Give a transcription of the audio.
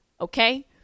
okay